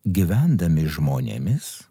gyvendami žmonėmis